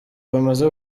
bamaze